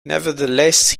nevertheless